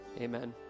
Amen